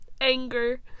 anger